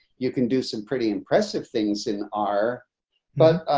you can do some pretty impressive things in our but